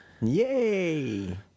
Yay